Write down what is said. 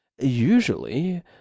Usually